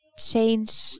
change